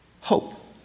hope